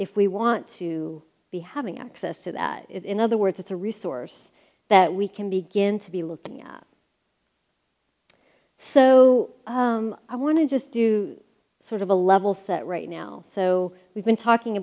if we want to be having access to that in other words it's a resource that we can begin to be looking at so i want to just do sort of a level set right now so we've been talking